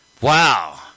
Wow